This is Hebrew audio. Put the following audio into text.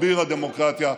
אביר הדמוקרטיה,